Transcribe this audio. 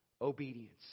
obedience